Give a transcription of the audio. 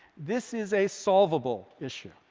this is a solvable issue.